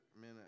man